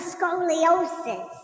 Scoliosis